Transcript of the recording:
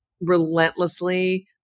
relentlessly